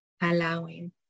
allowing